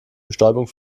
bestäubung